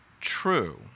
true